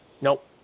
nope